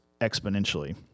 exponentially